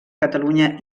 catalunya